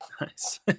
Nice